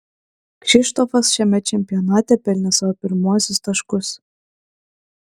kšištofas šiame čempionate pelnė savo pirmuosius taškus